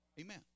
Amen